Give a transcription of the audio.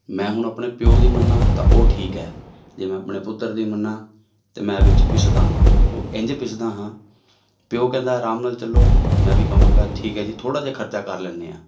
ਮੈਂ ਹੁਣ ਆਪਣੇ ਪਿਓ ਦੀ ਮੰਨਾ ਤਾਂ ਉਹ ਠੀਕ ਹੈ ਜੇ ਮੈਂ ਆਪਣੇ ਪੁੱਤਰ ਦੀ ਮੰਨਾ ਤਾਂ ਮੈਂ ਵਿੱਚ ਪਿੱਸਦਾ ਹਾਂ ਉਹ ਇੰਜ ਪਿਸਦਾ ਹਾਂ ਪਿਓ ਕਹਿੰਦਾ ਆਰਾਮ ਨਾਲ ਚੱਲੋ ਮੈਂ ਵੀ ਕਹਾਂਗਾ ਠੀਕ ਹੈ ਜੀ ਥੋੜ੍ਹਾ ਜਿਹਾ ਖਰਚਾ ਕਰ ਲੈਂਦੇ ਆਂ